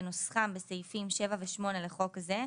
כנוסחם בסעיפים 7 ו-8 לחוק זה,